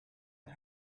and